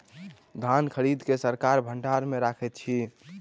धान खरीद के सरकार भण्डार मे रखैत अछि